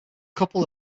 couple